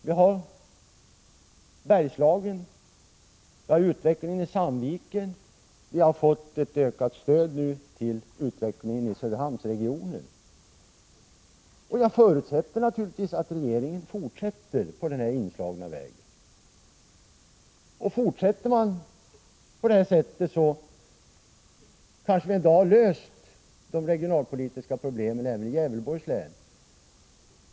Vi har Bergslagen, vi har utvecklingen i Sandviken, och vi har nu fått ett ökat stöd till utvecklingen i Söderhamnsregionen. Jag förutsätter att regeringen fortsätter på den inslagna vägen. Fortsätter man på det här sättet kanske vi en dag har löst de regionalpolitiska problemen även i Gävleborgs län.